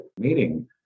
meeting